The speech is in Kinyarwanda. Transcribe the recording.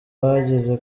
bagize